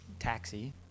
taxi